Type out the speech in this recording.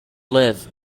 live